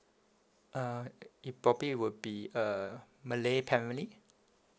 uh it probably would be a malay family